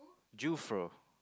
Jufro